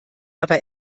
aber